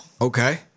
Okay